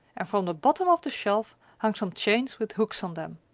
and from the bottom of the shelf hung some chains with hooks on them.